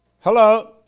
Hello